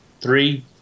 three